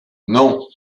non